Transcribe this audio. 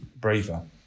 braver